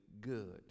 good